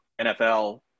NFL